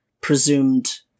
presumed